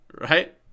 Right